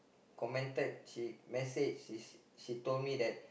commented she message she told me that